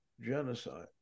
genocide